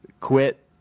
quit